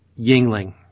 Yingling